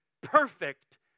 perfect